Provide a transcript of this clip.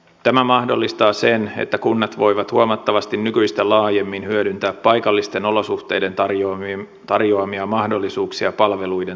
tämä mahdollistaa sen että kunnat voivat huomattavasti nykyistä laajemmin hyödyntää paikallisten olosuhteiden tarjoamia mahdollisuuksia palveluiden tuottamisessa